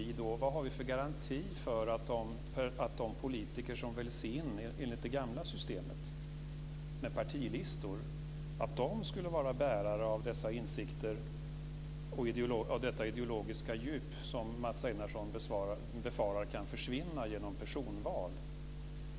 Vad har vi för garanti för att de politiker som väljs in enligt det gamla systemet med partilistor skulle vara bärare av dessa insikter av detta ideologiska djup som Mats Einarsson befarar kan försvinna genom personval?